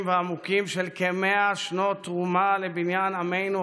ועמוקים של כמאה שנות תרומה לבניין עמנו,